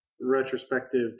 retrospective